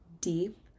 deep